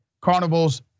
Carnival's